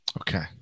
Okay